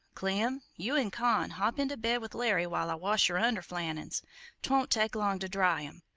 clem, you and con hop into bed with larry while i wash yer underflannins twont take long to dry em.